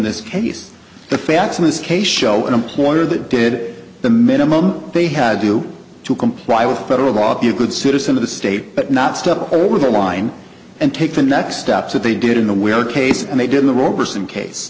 this case the facts of this case show an employer that did the minimum they had to do to comply with federal law be a good citizen of the state but not step over the line and take the next steps that they did in the where case and they did the wrong person case